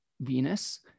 Venus